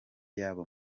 yabo